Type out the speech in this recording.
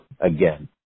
again